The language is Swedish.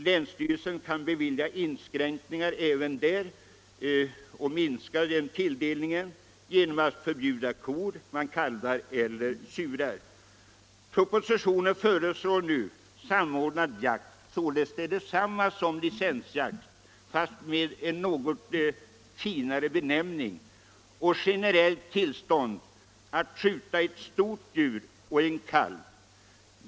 Länsstyrelsen kan besluta inskränkningar även här och minska tilldelningen genom att förbjuda att man skjuter kor, kalvar eller tjurar. Propositionen föreslår nu samordnad jakt, således detsamma som licensjakt men med en något finare benämning, och generellt tillstånd att skjuta ett stort djur och en kalv.